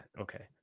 okay